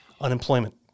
unemployment